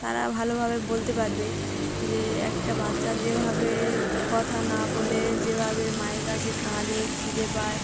তারা ভালোভাবে বলতে পারবে যে একটা বাচ্চা যেভাবে কথা না বলে যেভাবে মায়ের কাছে কাঁধে খিদে পায়